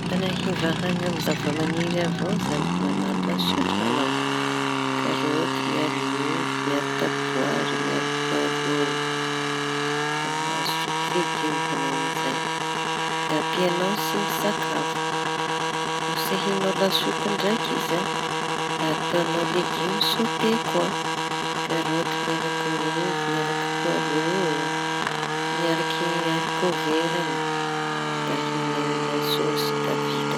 Fanahiva hañiny amin'ny zava-maniry avao zañy. Mañano lasopy añao karaoty miaro ovy miaro taboara, poarao damahazo sopy legima aña amizay. Da ampiañao tsindri-tsakafo no tsy ahiañao lasopy ndraiky izy an. Da ataoñao legimy sôte koa karaoty miaraky ovy miaraky poarao miaraky arikô vera da ahiañao lasôsy da vita.